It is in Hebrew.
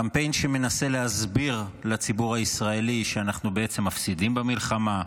קמפיין שמנסה להסביר לציבור הישראלי שאנחנו בעצם מפסידים במלחמה,